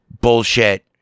bullshit